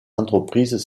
entreprises